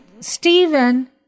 Stephen